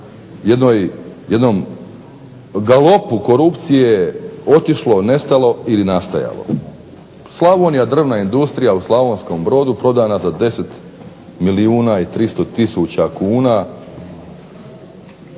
jednom galopu korupcije otišlo, nestalo ili nastajalo. Drvna industrija u Slavonskom brodu prodana za 10 milijuna i 300 tisuća kuna,